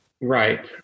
Right